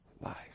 life